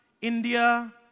India